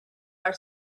our